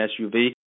SUV